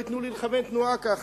לא ייתנו לי לכוון תנועה ככה.